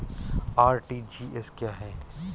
RTGS क्या है?